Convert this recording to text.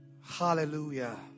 Hallelujah